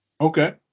okay